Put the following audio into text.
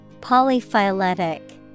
Polyphyletic